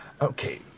Okay